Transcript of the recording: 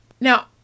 Now